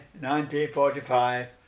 1945